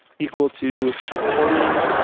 equal to accordion